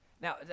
Now